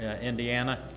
Indiana